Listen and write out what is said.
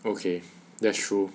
okay that's true